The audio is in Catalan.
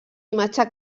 imatge